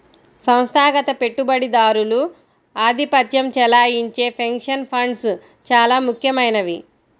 సంస్థాగత పెట్టుబడిదారులు ఆధిపత్యం చెలాయించే పెన్షన్ ఫండ్స్ చాలా ముఖ్యమైనవి